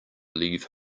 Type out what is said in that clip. leave